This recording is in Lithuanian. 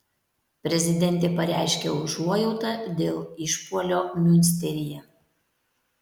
prezidentė pareiškė užuojautą dėl išpuolio miunsteryje